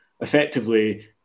effectively